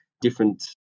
different